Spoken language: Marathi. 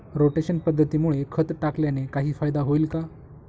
रोटेशन पद्धतीमुळे खत टाकल्याने काही फायदा होईल का?